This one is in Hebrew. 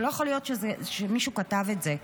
לא יכול להיות שמישהו כתב את זה.